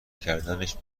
کردنش